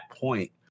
point